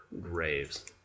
graves